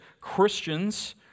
Christians